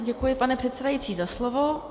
Děkuji, pane předsedající, za slovo.